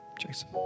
Jason